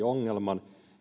ongelman